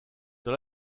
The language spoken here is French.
dans